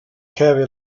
heavy